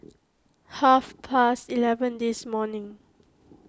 half past eleven this morning